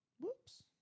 whoops